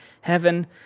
heaven